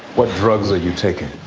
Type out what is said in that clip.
what drugs are you taking?